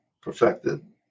perfected